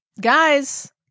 Guys